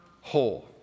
whole